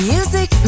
Music